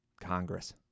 Congress